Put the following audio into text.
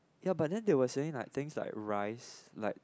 ya but then they will saying like thing like rice like